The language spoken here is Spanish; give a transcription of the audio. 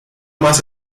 más